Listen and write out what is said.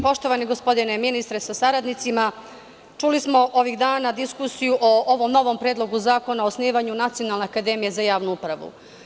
Poštovani gospodine ministre sa saradnicima, čuli smo ovih dana diskusiju o ovom novom Predlogu zakona o osnivanju Nacionalne akademije za javnu upravu.